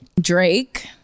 Drake